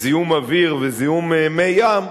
זיהום אוויר וזיהום מי ים,